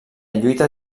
lluita